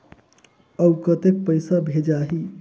अउ कतेक पइसा भेजाही?